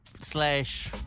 slash